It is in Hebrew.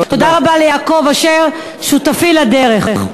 תודה רבה ליעקב אשר, שותפי לדרך.